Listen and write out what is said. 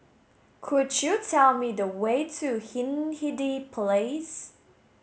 could you tell me the way to Hindhede Place